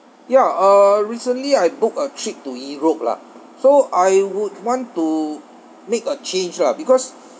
ya uh recently I booked a trip to europe lah so I would want to make a change lah because